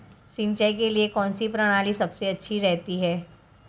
सिंचाई के लिए कौनसी प्रणाली सबसे अच्छी रहती है?